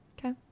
Okay